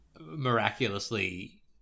miraculously